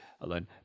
alone